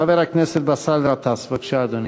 חבר הכנסת באסל גטאס, בבקשה, אדוני.